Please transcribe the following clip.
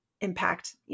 impact